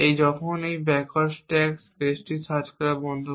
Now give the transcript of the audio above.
যখন এই backward stack space সার্চটি বন্ধ করবে